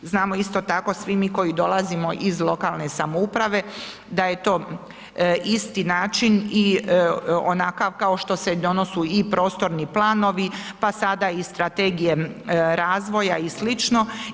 Znamo isto tako svi mi koji dolazimo iz lokalne samouprave da je to isti način i onakav kao što se donose i prostorni planovi pa sada i strategije razvoja i slično.